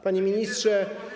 Panie Ministrze!